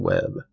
Web